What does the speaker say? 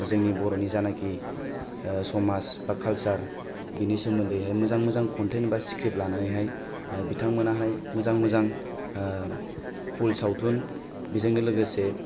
जोंनि बर'नि जानाखि समाज बा काल्सार बिनि सोमोन्दैहाय मोजां मोजां कन्टेन बा स्क्रिप्ट लानानैहाय बिथांमोनहाहाय मोजां मोजां पुल सावथुन बेजोंनो लोगोसे